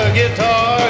guitar